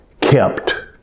kept